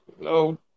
No